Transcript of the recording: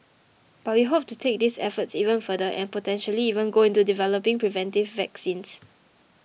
but we hope to take these efforts even further and potentially even go into developing preventive vaccines